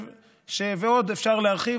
ועוד אפשר להרחיב,